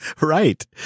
Right